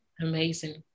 amazing